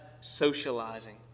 socializing